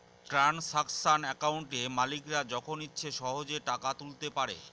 transaction একাউন্টে মালিকরা যখন ইচ্ছে সহেজে টাকা তুলতে পারে